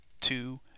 two